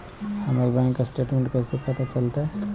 हमर bank statement कैसे पता चलतै?